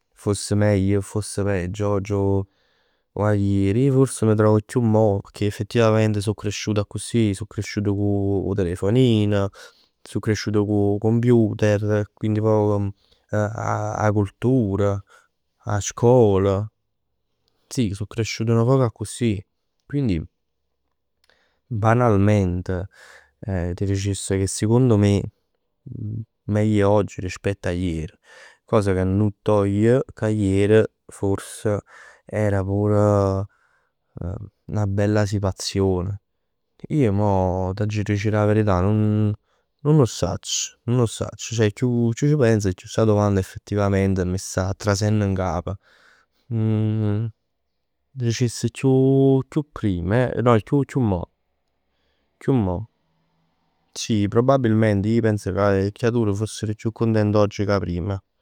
Foss meglio o foss peggio oggi o ieri. Forse m' trov chiù mo, pecchè effettivamente so cresciut accussì. So cresciut cu 'o telefonin, so cresciuto cu 'o computer. E quindi pò 'a cultura, 'a scola. Sì so cresciuto nu poc accussì. Quindi banalment t' dicess che secondo me meglio oggi che ieri. Cosa che nun toglie che ieri forse era pur 'na bella situazione. Ij mo t'aggia dicere 'a verità nun nun 'o sacc. Nun 'o sacc, ceh chiù c' pens e chiù sta domanda effettivament m' sta trasenn n'cap. Dicess chiù prima eh, no no, chiù mo. Chiù mo. Sì probabilment ij pens che 'e creatur fosser chiù cuntent oggi ca prim.